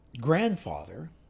grandfather